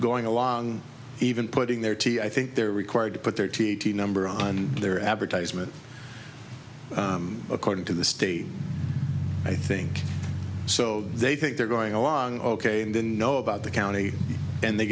going along even putting their tea i think they're required to put their t t number on their advertisement according to the state i think so they think they're going along ok and didn't know about the county and they